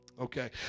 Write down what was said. Okay